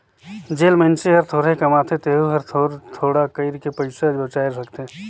जेन मइनसे हर थोरहें कमाथे तेहू हर थोर थोडा कइर के पइसा बचाय सकथे